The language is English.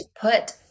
Put